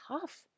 tough